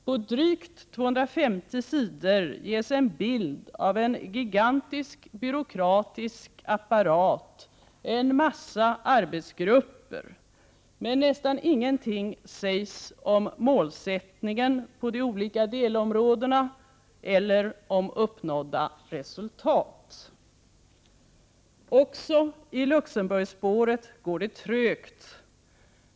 På drygt 250 s. ges en bild av en gigantisk byråkratisk apparat, en massa arbetsgrupper, men nästan ingenting sägs om målsättningen på de olika delområdena eller om uppnådda resultat. Också i Luxemburgspåret går det trögt.